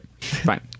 Fine